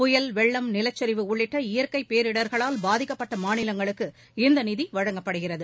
புயல் வெள்ளம் நிலச்சரிவு உள்ளிட்ட இயற்கை பேரிடர்களால் பாதிக்கப்பட்ட மாநிலங்களுக்கு இந்த நிதி வழங்கப்படுகிறது